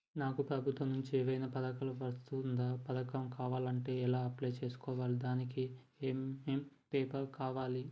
నాకు ప్రభుత్వం నుంచి ఏదైనా పథకం వర్తిస్తుందా? పథకం కావాలంటే ఎలా అప్లై చేసుకోవాలి? దానికి ఏమేం పేపర్లు కావాలి?